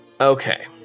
Okay